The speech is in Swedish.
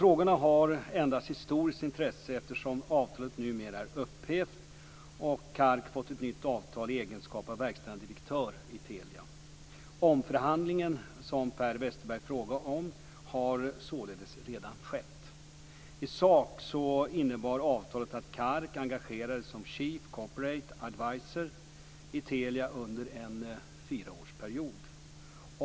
Frågorna har endast historiskt intresse eftersom avtalet numera är upphävt och Kark fått ett nytt avtal i egenskap av verkställande direktör i Telia. Omförhandlingen som Per Westerberg frågar om har således redan skett. I sak innebar avtalet att Kark engagerades som chief corporate adviser i Telia under en fyraårsperiod.